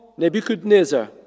Nebuchadnezzar